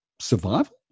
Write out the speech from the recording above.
survival